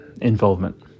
involvement